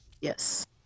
Yes